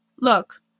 Look